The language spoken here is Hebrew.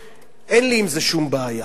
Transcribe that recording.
אין לי עם זה שום בעיה.